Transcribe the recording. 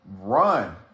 run